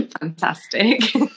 Fantastic